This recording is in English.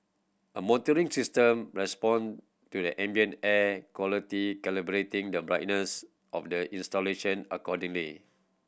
a monitoring system respond to the ambient air quality calibrating the brightness of the installation accordingly